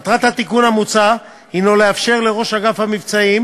מטרת התיקון המוצע היא לאפשר לראש אגף המבצעים